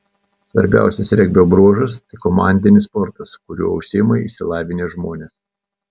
svarbiausias regbio bruožas tai komandinis sportas kuriuo užsiima išsilavinę žmonės